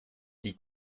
die